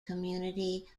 community